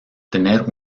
tener